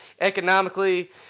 economically